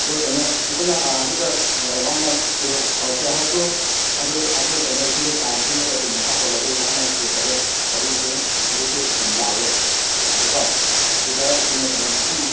ꯑꯗꯣ ꯀꯩꯅꯣ ꯑꯩꯈꯣꯏꯅ ꯑꯗꯨꯗ ꯋꯥꯟ ꯅꯥꯏꯠ ꯁ꯭ꯇꯦ ꯇꯧꯁꯦ ꯍꯥꯏꯔꯁꯨ ꯑꯗꯨ ꯀꯩꯅꯣ ꯑꯩꯈꯣꯏꯒꯤ ꯄ꯭ꯂꯥꯟ ꯁꯤꯟꯕꯗ ꯑꯗꯨꯝ ꯃꯈꯥ ꯄꯣꯜꯂꯦ ꯑꯗꯨ ꯋꯥꯟ ꯅꯥꯏꯠ ꯁ꯭ꯇꯦ ꯇꯧꯔꯒ ꯇꯧꯕꯁꯤꯗ ꯑꯗꯨꯁꯨ ꯑꯗꯨꯝ ꯌꯥꯏꯌꯦ ꯑꯗꯨꯀꯣ ꯑꯗꯨꯒ ꯑꯩꯈꯣꯏꯅ ꯀꯩꯅꯣ